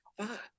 fuck